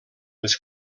les